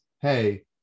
hey